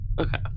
Okay